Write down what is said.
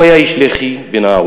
הוא היה איש לח"י בנערותו,